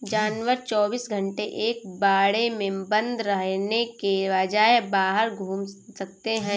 जानवर चौबीस घंटे एक बाड़े में बंद रहने के बजाय बाहर घूम सकते है